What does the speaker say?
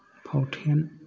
फावथेन